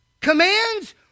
Commands